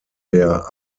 der